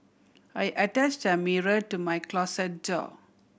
I attached a mirror to my closet door